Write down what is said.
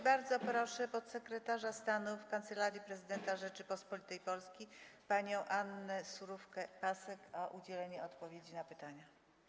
Bardzo proszę podsekretarz stanu w Kancelarii Prezydenta Rzeczypospolitej Polskiej panią Annę Surówkę-Pasek o udzielenie odpowiedzi na pytania.